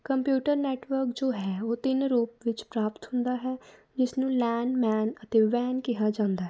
computer network ਜੋ ਹੈ ਉਹ ਤਿੰਨ ਰੂਪ ਵਿੱਚ ਪ੍ਰਾਪਤ ਹੁੰਦਾ ਹੈ ਜਿਸ ਨੂੰ ਲੈਨ ਮੈਨ ਅਤੇ ਵੈਨ ਕਿਹਾ ਜਾਂਦਾ ਹੈ